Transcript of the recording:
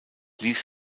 ließ